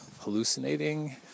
hallucinating